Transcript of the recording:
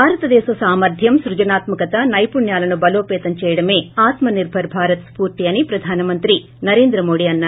భారతదేశ సామర్థ్యం సృజనాత్మకత నైపుణ్యాలను బలోపేతం చేయడమే ఆత్మ నిర్బర్ భారత్స స్పూర్తి అని పధాన మంతి నరేంద మోడీ అన్నారు